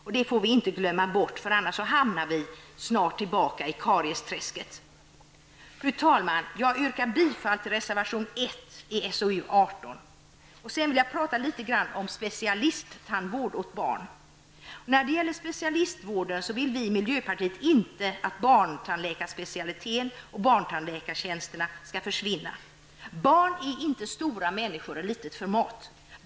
Om vi glömmer bort det, är vi snart tillbaka i kariesträsket. Fru talman! Jag yrkar bifall till reservation 1 i socialutskottets betänkande 18. Sedan vill jag säga några ord om specialisttandvård för barn. När det gäller specialistvården vill vi i miljöpartiet inte att barntandläkarspecialiteten och barntandläkartjänsterna försvinner. Barn är inte stora människor i litet format.